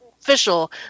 official